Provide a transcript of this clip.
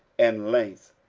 and length,